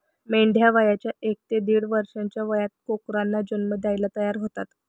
मेंढ्या वयाच्या एक ते दीड वर्षाच्या वयात कोकरांना जन्म द्यायला तयार होतात